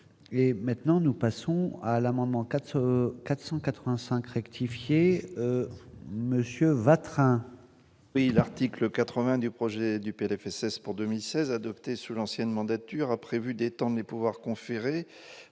et maintenant nous passons à l'amendement 400 485 rectifier monsieur Vatrin. Oui, l'article 80 du projet du PLFSS pour 2016 adoptée sous l'ancienne mandature a prévu des temps mais pouvoir conféré